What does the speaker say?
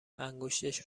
انگشتش